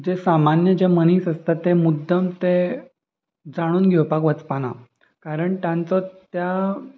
जे सामान्य जे मनीस आसता तें मुद्दम ते जाणून घेवपाक वचपाना कारण तांचो त्या